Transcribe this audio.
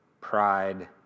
pride